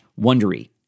Wondery